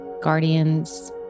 Guardians